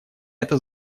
это